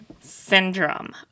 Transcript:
syndrome